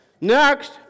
Next